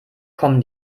kommen